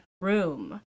room